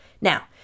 Now